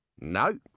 No